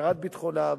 מהפקרת ביטחונם,